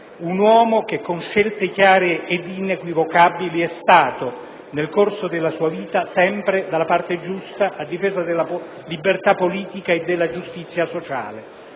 Un uomo che con scelte chiare ed inequivocabili è stato, nel corso della sua vita, sempre dalla parte giusta, a difesa della libertà politica e della giustizia sociale.